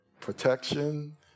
protection